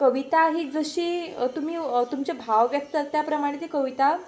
कविता ही जशी तुमी तुमचे भाव व्यक्त जाता त्या प्रमाणें ती कविता